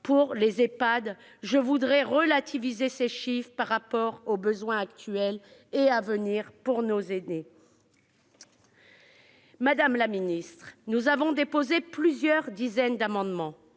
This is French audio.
pour les Ehpad. Je voudrais relativiser ces chiffres par rapport aux besoins actuels et à venir de nos aînés. Madame la ministre, nous avons déposé plusieurs dizaines d'amendements